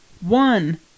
one